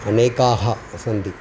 अनेकाः सन्ति